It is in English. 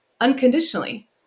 unconditionally